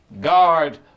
guard